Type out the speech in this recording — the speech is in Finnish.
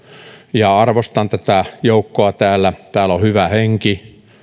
ja arvostan tätä joukkoa täällä täällä on hyvä henki